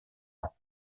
ans